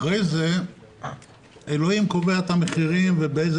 אחרי זה אלוהים קובע את המחירים ובאיזה